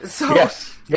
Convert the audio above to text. Yes